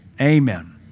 amen